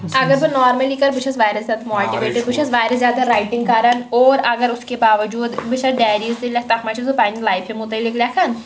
اگر بہٕ نارمٔلی کَرٕ بہٕ چھیٚس واریاہ زیادٕ ماٹِویٹِڈ بہٕ چھیٚس واریاہ زیادٕ رایٹِنٛگ کَران اور اگر اُس کے باوجوٗد بہٕ چھیٚس ڈایریٖز تہِ لیٚکھان تَتھ منٛز چھیٚس بہٕ پننہِ لایفہِ متعلق لیٚکھان